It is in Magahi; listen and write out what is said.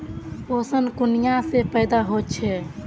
पोषण कुनियाँ से पैदा होचे?